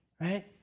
right